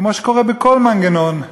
כמו שקורה בכל מנגנון,